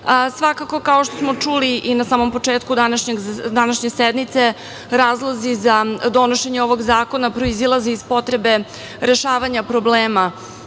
plenumu. Kao što smo čuli i na samom početku današnje sednice, razlozi za donošenje ovog zakona proizilaze iz potrebe rešavanja problema